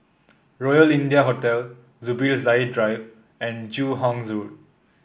Royal India Hotel Zubir Said Drive and Joo Hong Road